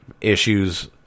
issues